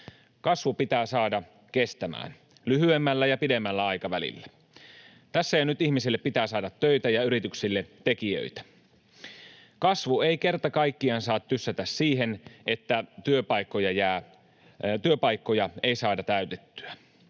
Kasvu pitää saada kestämään, lyhyemmällä ja pidemmällä aikavälillä. Tässä ja nyt ihmisille pitää saada töitä ja yrityksille tekijöitä. Kasvu ei kerta kaikkiaan saa tyssätä siihen, että työpaikkoja ei saada täytettyä.